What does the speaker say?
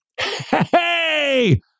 hey